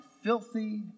filthy